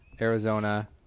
Arizona